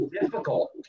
difficult